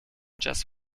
just